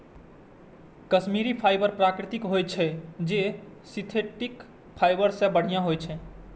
Kashmiri fibre प्राकृतिक होइ छै, जे सिंथेटिक फाइबर सं बढ़िया होइ छै